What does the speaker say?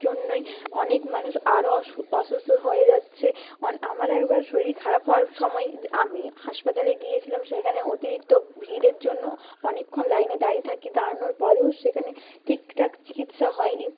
জন্যই অনেক মানুষ আরও অসুস্থ হয়ে যাচ্ছে অন আমার একবার শরীর খারাপ হওয়ার সময়ে আমি হাসপাতালে গিয়েছিলাম সেখানে অতিরিক্ত ভিড়ের জন্য অনেকক্ষণ লাইনে দাঁড়িয়ে থাকি দাঁড়ানোর পরেও সেখানে ঠিক ঠাক চিকিৎসা হয়নি